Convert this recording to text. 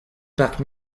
parc